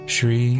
Shri